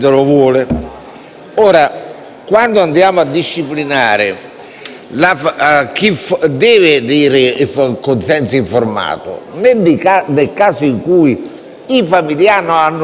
chi deve dare il consenso informato, nel caso in cui i familiari non abbiano ricevuto l'informazione, è questo il momento di dire